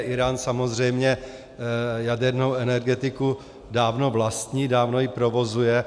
Írán samozřejmě jadernou energetiku dávno vlastní, dávno ji provozuje.